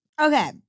Okay